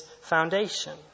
foundation